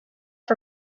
for